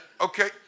Okay